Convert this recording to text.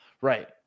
Right